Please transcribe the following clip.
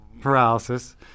paralysis